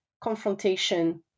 confrontation